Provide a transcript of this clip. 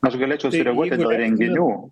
aš galėčiau reaguoti dėl renginių